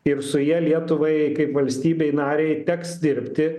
ir su ja lietuvai kaip valstybei narei teks dirbti